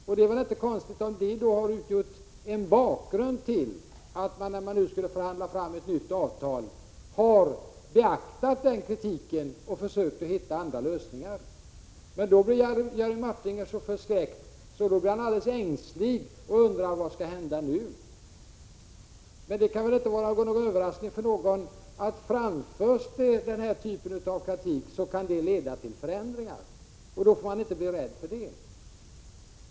Det är väl inte konstigt om detta har utgjort en bakgrund och att man, när man nu skulle förhandla fram ett nytt avtal, har beaktat kritiken och försökt hitta andra lösningar. Då blir emellertid Jerry Martinger förskräckt och undrar ängsligt: Vad skall hända nu? Men det kan inte vara någon överraskning att framförs den här typen av kritik kan detta, som jag antydde, leda till förändringar, och det får man inte bli rädd för.